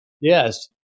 Yes